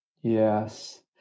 Yes